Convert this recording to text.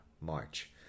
march